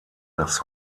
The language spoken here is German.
das